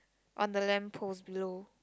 on the lamp post below